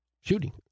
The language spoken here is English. shooting